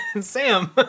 Sam